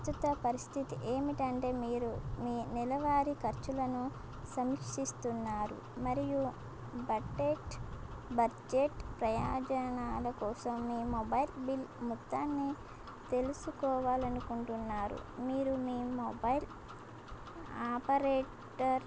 ప్రస్తుత పరిస్థితి ఏమిటంటే మీరు మీ నెలవారీ ఖర్చులను సమీక్షిస్తున్నారు మరియు బటెట్ బడ్జెట్ ప్రయోజనాల కోసం మీ మొబైల్ బిల్ మొత్తాన్ని తెలుసుకోవాలనుకుంటున్నారు మీరు మీ మొబైల్ ఆపరేటర్